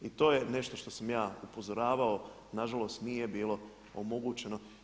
I to je nešto na što sam ja upozoravao, nažalost nije bilo omogućeno.